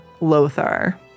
Lothar